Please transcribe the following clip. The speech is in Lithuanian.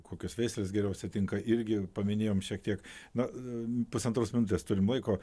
kokios veislės geriausiai tinka irgi paminėjom šiek tiek na pusantros minutės turim laiko